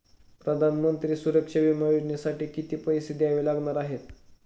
प्रधानमंत्री सुरक्षा विमा योजनेसाठी किती पैसे द्यावे लागणार आहेत?